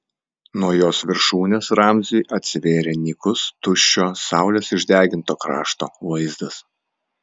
nuo jos viršūnės ramziui atsivėrė nykus tuščio saulės išdeginto krašto vaizdas